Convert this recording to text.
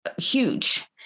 huge